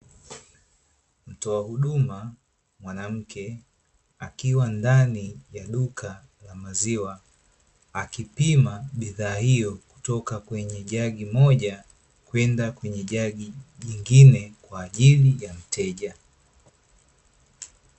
Mtoa huduma mwanamke akiwa ndani ya duka la maziwa, akipima bidhaa hiyo kutoka kwenye jagi moja kwenda kwenye jagi lingine, kwa ajili ya mteja.